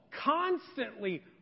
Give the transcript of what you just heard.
constantly